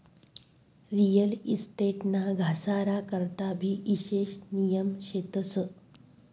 real estate ना घसारा करता भी ईशेष नियम शेतस